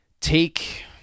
take